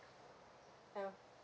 ya